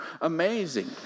amazing